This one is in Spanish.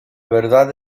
verdad